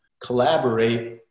collaborate